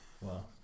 Wow